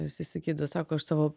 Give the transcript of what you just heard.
jisai sakydavo sako aš savo